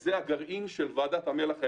זה הגרעין של ועדת המל"ח העליונה,